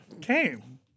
Came